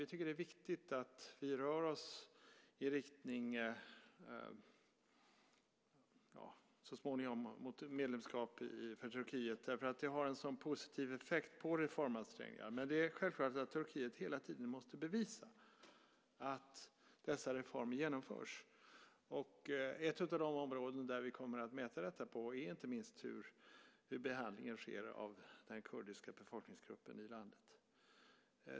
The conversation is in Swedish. Vi tycker att det är viktigt att vi rör oss i riktning mot ett medlemskap så småningom för Turkiet, därför att det har en sådan positiv effekt på reformansträngningarna. Men det är självklart att Turkiet hela tiden måste bevisa att dessa reformer genomförs. Ett av de områden vi kommer att mäta detta på är inte minst hur behandlingen sker av den kurdiska befolkningsgruppen i landet.